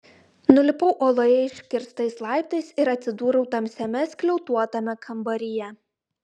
nulipau uoloje iškirstais laiptais ir atsidūriau tamsiame skliautuotame kambaryje